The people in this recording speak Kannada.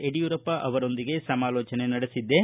ಯಡಿಯೂರಪ್ಪ ಅವರೊಂದಿಗೆ ಸಮಾಲೋಜನೆ ನಡೆಸಿದ್ದೆ